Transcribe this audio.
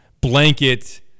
blanket